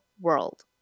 world